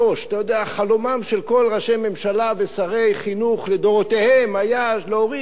חלומם של כל ראשי ממשלה ושרי החינוך לדורותיהם היה להוריד לגיל שלוש.